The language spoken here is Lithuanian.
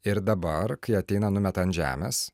ir dabar kai ateina numeta ant žemės